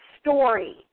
story